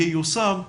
ייושם.